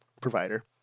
provider